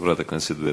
חברת הכנסת ברקו.